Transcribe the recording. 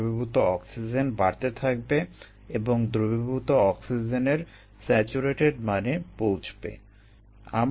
দ্রবীভূত অক্সিজেন বাড়তে থাকবে এবং দ্রবীভূত অক্সিজেনের স্যাচুরেটেড মানে পৌঁছবে